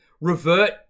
Revert